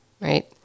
right